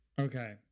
Okay